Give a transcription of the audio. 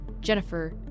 Jennifer